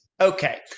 okay